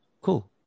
Cool